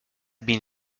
been